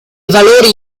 valori